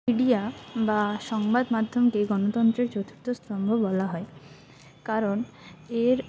media বা সংবাদ মাধ্যমকে গণতন্ত্রের চতুর্থ স্তম্ভ বলা হয় কারণ এর